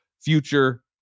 future